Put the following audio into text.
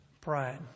pride